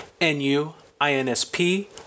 N-U-I-N-S-P